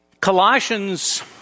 Colossians